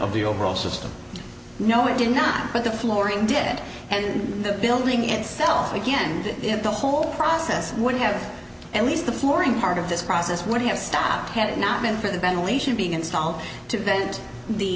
of the overall system no it did not but the flooring dead and the building itself again the whole process would have at least the flooring part of this process would have stopped had it not been for the ventilation being installed to vent the